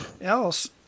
else